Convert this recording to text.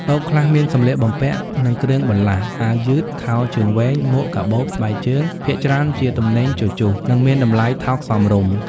តូបខ្លះមានសម្លៀកបំពាក់ និងគ្រឿងបន្លាស់ អាវយឺត ខោជើងវែង មួក កាបូប ស្បែកជើង ភាគច្រើនជាទំនិញជជុះ និងមានតម្លៃថោកសមរម្យ ។